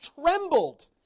trembled